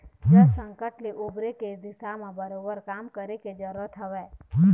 जल संकट ले उबरे के दिशा म बरोबर काम करे के जरुरत हवय